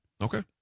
Okay